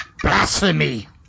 Blasphemy